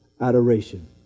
adoration